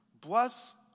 Bless